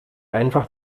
einfach